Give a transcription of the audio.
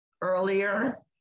earlier